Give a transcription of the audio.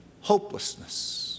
hopelessness